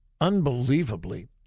unbelievably